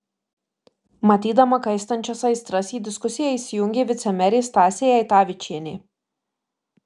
matydama kaistančias aistras į diskusiją įsijungė vicemerė stasė eitavičienė